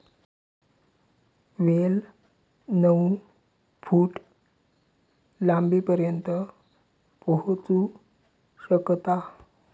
वेल नऊ फूट लांबीपर्यंत पोहोचू शकता